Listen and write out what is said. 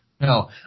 No